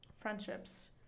friendships